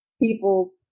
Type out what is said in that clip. People